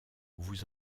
vous